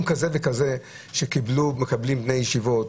כזה וכזה שקיבלו ומקבלים בני ישיבות,